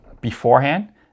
beforehand